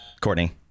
Courtney